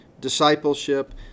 discipleship